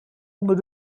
onder